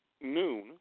noon